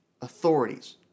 authorities